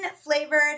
flavored